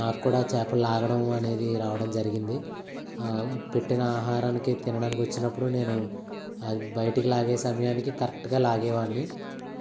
నాకు కూడా చేపలు లాగడం అనేది రావడం జరిగింది పెట్టిన ఆహారానికి తినడనికి వచ్చినప్పుడు నేను బయటికి లాగే సమయానికి కరెక్ట్గా లాగేవాడిని